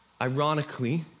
ironically